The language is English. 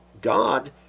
God